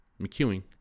McEwing